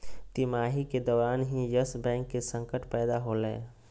तिमाही के दौरान ही यस बैंक के संकट पैदा होलय